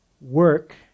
work